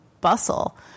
bustle